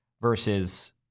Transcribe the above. versus